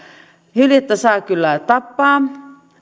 hyljettä saa kyllä tappaa